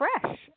fresh